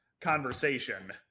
conversation